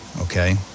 okay